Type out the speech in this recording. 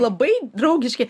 labai draugiški